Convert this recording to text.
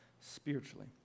spiritually